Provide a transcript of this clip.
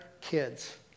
kids